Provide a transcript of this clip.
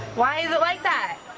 why is it like that?